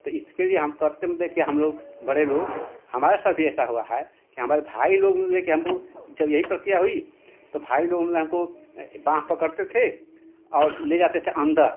तो इसके लिए हम करते देख हमलोग बड़े लोग हमारे साथ भी ऐसा हुआ है कि हमारे भाई लोग लेकर हमको जब यही प्रक्रिया हुई तो भाई लोग हमको बाँह पकड़ते थे और ले जाते थे अन्दर